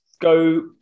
go